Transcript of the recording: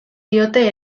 diote